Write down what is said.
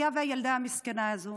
היה והילדה המסכנה הזו